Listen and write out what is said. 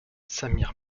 samir